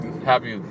Happy